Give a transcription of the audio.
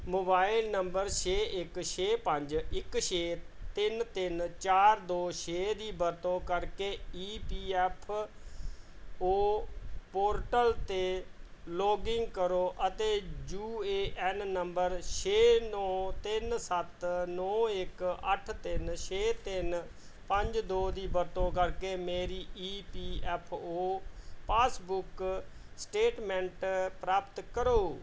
mobile number ਛੇ ਇੱਕ ਛੇ ਪੰਜ ਇੱਕ ਛੇ ਤਿੰਨ ਤਿੰਨ ਚਾਰ ਦੋ ਛੇ ਦੀ ਵਰਤੋਂ ਕਰਕੇ E P F O portal 'ਤੇ ਲੌਗਇਨ ਕਰੋ ਅਤੇ ਯੂ ਏ ਐਨ ਨੰਬਰ ਛੇ ਨੌਂ ਤਿੰਨ ਸੱਤ ਨੌਂ ਇੱਕ ਅੱਠ ਤਿੰਨ ਛੇ ਤਿੰਨ ਪੰਜ ਦੋ ਦੀ ਵਰਤੋਂ ਕਰਕੇ ਮੇਰੀ E P F O passbook statement ਪ੍ਰਾਪਤ ਕਰੋ